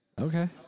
Okay